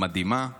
והמדהימה הזאת.